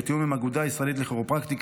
בתיאום עם האגודה הישראלית לכירופרקטיקה,